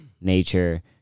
nature